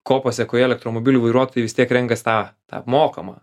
ko pasekoje elektromobilių vairuotojai vis tiek renkas tą tą mokamą